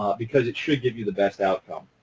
because it should give you the best outcome.